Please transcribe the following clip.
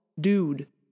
dude